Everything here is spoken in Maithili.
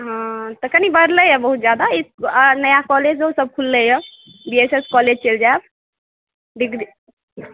हँ तऽ कनि बढ़लैया बहुत जादा ई नया कॉलेजो सभ खुललैया बी एस एस कॉलेज चलि जायब डिग्री